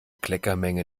kleckermenge